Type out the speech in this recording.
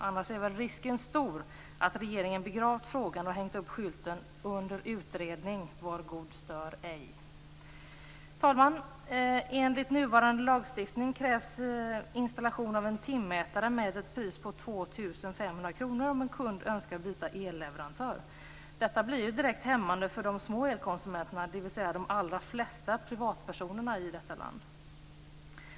Om inte hade risken varit stor att regeringen begravt frågan och hängt upp skylten "Under utredning. Var god stör ej". Fru talman! Enligt nuvarande lagstiftning krävs installation av en timmätare med ett pris på 2 500 kr om en kund önskar byta elleverantör. Detta blir direkt hämmande för de små elkonsumenterna, dvs. de allra flesta privatpersoner i detta land.